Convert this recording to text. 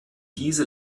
diese